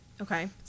Okay